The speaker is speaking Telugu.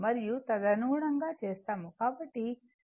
మరియు తదనుగుణంగా చేస్తాము